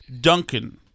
Duncan